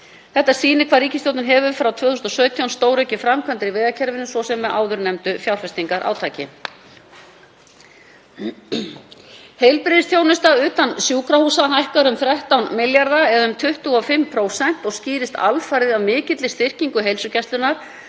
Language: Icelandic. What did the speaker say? Það sýnir hvað ríkisstjórnin hefur frá 2017 stóraukið framkvæmdir í vegakerfinu, svo sem með áðurnefndu fjárfestingarátaki. Heilbrigðisþjónusta utan sjúkrahúsa hækkar um 13 milljarða eða um 25%. Skýrist það alfarið af mikilli styrkingu heilsugæslunnar